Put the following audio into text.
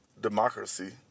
democracy